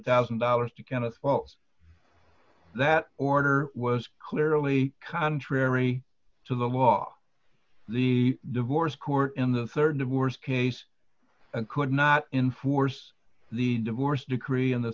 thousand dollars to kind of wells that order was clearly contrary to the law the divorce court in the rd divorce case could not enforce the divorce decree in the